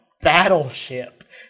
battleship